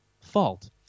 fault